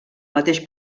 mateix